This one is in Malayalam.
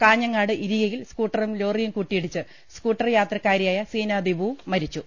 കാഞ്ഞങ്ങാട് ഇരിയയിൽ സ്കൂട്ടറും ലോറിയും കൂട്ടിയിടിച്ച് സ്കൂട്ടർ യാത്രക്കാരിയായ സീനദീപുവും മരിച്ചു